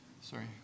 Sorry